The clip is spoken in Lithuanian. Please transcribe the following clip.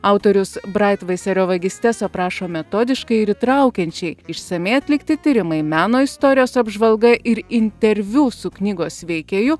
autorius braitvaiserio vagystes aprašo metodiškai ir įtraukiančiai išsamiai atlikti tyrimai meno istorijos apžvalga ir interviu su knygos veikėju